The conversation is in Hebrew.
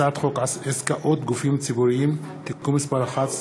הצעת חוק עסקאות גופים ציבוריים (תיקון מס' 11),